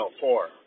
four